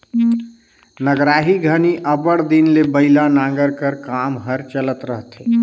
नगराही घनी अब्बड़ दिन ले बइला नांगर कर काम हर चलत रहथे